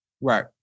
Right